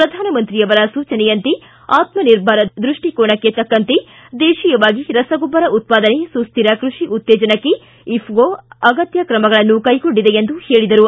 ಪ್ರಧಾನಮಂತ್ರಿಯವರ ಸೂಚನೆಯಂತೆ ಆತ್ಮ ನಿರ್ಭರ್ ದೃಷ್ಟಿಕೋನಕ್ಕೆ ತಕ್ಕಂತೆ ದೇಶಿಯವಾಗಿ ರಸಗೊಬ್ಬರ ಉತ್ಪಾದನೆ ಸುಸ್ಕಿರ ಕೃಷಿ ಉತ್ತೇಜನಕ್ಕೆ ಇಫ್ಕೊ ಅಗತ್ಯ ಕ್ರಮಗಳನ್ನು ಕೈಗೊಂಡಿದೆ ಎಂದರು